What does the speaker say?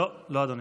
לא, לא, אדוני.